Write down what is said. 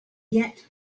yet